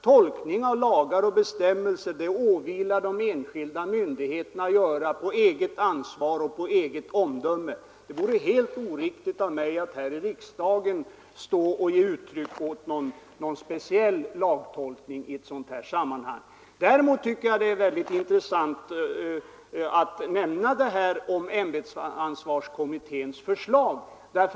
Tolkning av lagar och bestämmelser åvilar de enskilda myndigheterna att göra på eget ansvar och efter eget omdöme. Det vore helt oriktigt av mig att här i riksdagen ge uttryck åt någon speciell lagtolkning i det här sammanhanget. Däremot har jag tyckt att det kunde vara av intresse att nämna ämbetsansvarskommitténs förslag.